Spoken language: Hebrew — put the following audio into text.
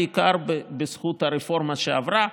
בעיקר בזכות הרפורמה שעברה.